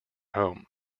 home